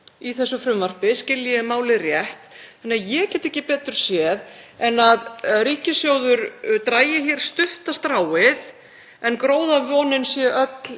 í þessu frumvarpi, skilji ég málið rétt, þannig að ég get ekki betur séð en að ríkissjóður dragi hér stutta stráið en gróðavonin sé öll